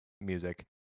music